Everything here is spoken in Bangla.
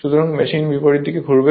সুতরাং মেশিন বিপরীত দিকে ঘুরবে